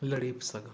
लड़ी बि सघां